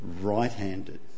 right-handed